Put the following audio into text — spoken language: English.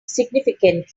significantly